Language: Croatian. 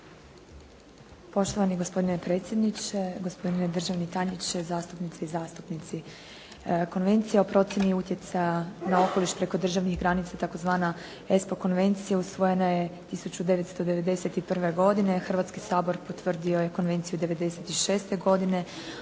Poštovani gospodine predsjedniče, gospodine državni tajniče, zastupnice i zastupnici. Konvencija o procjeni utjecaja na okoliš preko državnih granica tzv. ESPO konvencija usvojena je 1991. godine, a Hrvatski sabor potvrdio je konvenciju 96. godine,